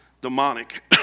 demonic